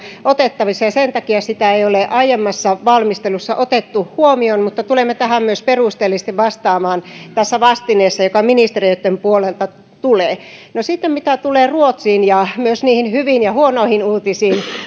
otettavissa ja sen takia sitä ei ole aiemmassa valmistelussa otettu huomioon mutta tulemme tähän myös perusteellisesti vastaamaan tässä vastineessa joka ministeriöitten puolelta tulee mitä tulee ruotsiin ja myös niihin hyviin ja huonoihin uutisiin